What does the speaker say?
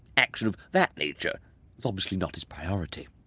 action of that nature was obviously not his priority.